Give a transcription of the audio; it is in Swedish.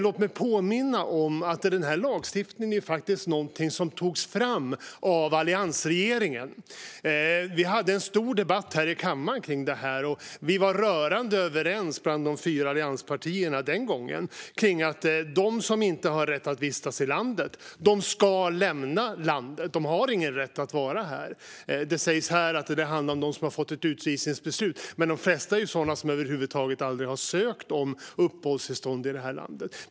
Låt mig påminna om att den här lagstiftningen faktiskt togs fram av alliansregeringen. Vi hade en stor debatt här i kammaren om det här och var den gången rörande överens mellan de fyra allianspartierna kring att de som inte har rätt att vistas i landet ska lämna landet. Det sägs här att det handlar om dem som har fått ett utvisningsbeslut, men de flesta är sådana som över huvud taget aldrig har sökt om uppehållstillstånd i det här landet.